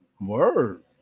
Word